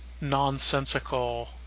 nonsensical